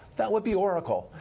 that would be oracle.